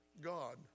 God